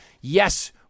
yes